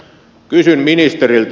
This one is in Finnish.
kysyn ministeriltä